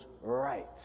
right